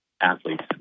athletes